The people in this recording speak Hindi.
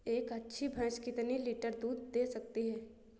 एक अच्छी भैंस कितनी लीटर दूध दे सकती है?